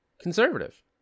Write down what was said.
conservative